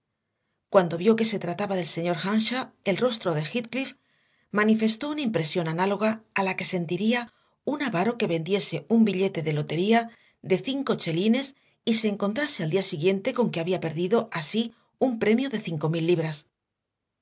cuando vio que se trataba del señor earnshaw el rostro de heathcliff manifestó una impresión análoga a la que sentiría un avaro que vendiese un billete de lotería de cinco chelines y se encontrase al día siguiente con que había perdido así un premio de cinco mil libras